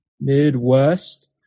Midwest